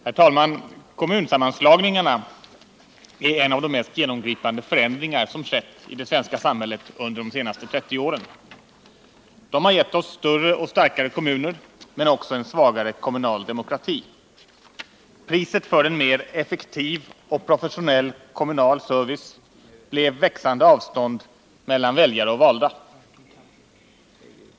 Herr talman! Kommunsammanslagningarna är en av de mest genomgripande förändringar som skett i det svenska samhället under de senaste 30 åren. De har gett oss större och starkare kommuner men också en svagare kommunal demokrati. Priset för en mer effektiv och professionell kommunal service blev växande avstånd mellan väljare och valda.